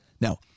Now